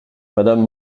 madame